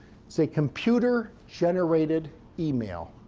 it's a computer generated email